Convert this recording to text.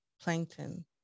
plankton